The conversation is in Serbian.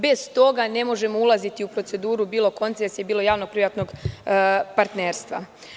Bez toga ne možemo ulaziti u proceduru bilo koncesije, bilo javnog privatnog partnerstva.